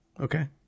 Okay